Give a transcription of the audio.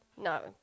No